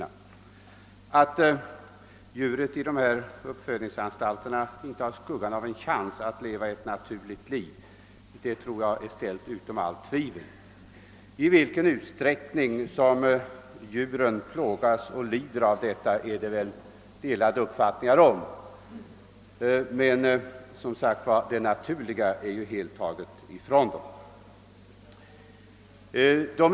Det torde vara ställt utom allt tvivel att djuren i dessa uppfödningsanstalter inte har skuggan av en chans att leva ett något så när naturligt liv. Däremot råder det väl delade uppfattningar om i vilken utsträckning djuren plågas eller lider av detta, men det naturliga rörelsebehovet har nästan helt tagits ifrån dem.